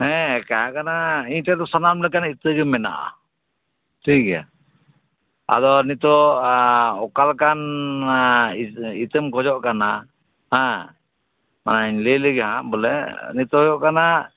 ᱦᱮᱸ ᱛᱟᱸᱦᱮ ᱠᱟᱱᱟ ᱤᱧ ᱴᱷᱮᱱ ᱫᱚ ᱥᱟᱱᱟᱢ ᱞᱮᱠᱟᱱ ᱤᱛᱟᱹᱜᱮ ᱢᱮᱱᱟᱜᱼᱟ ᱴᱷᱤᱠ ᱜᱮᱭᱟ ᱟᱫᱚ ᱱᱤᱛᱚᱜ ᱚᱠᱟᱞᱮᱠᱟᱱ ᱤᱛᱟᱹᱢ ᱠᱷᱚᱡᱚᱜ ᱠᱟᱱᱟ ᱦᱮᱸ ᱞᱟᱹᱭ ᱞᱮᱜᱮ ᱦᱟᱸᱜ ᱵᱳᱞᱮ ᱱᱤᱛᱚᱜ ᱫᱚ ᱦᱩᱭᱩᱜ ᱠᱟᱱᱟ